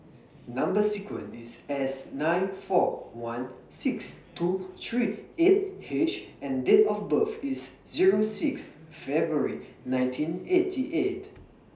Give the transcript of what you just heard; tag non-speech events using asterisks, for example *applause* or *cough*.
Number sequence IS S nine four one six two three eight H and Date of birth IS Zero six February nineteen eighty eight *noise*